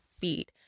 feed